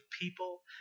people